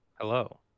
hello